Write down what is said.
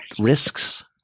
risks